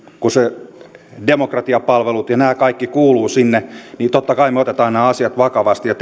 kun demokratiapalvelut ja nämä kaikki kuuluvat sinne totta kai otamme nämä asiat vakavasti ja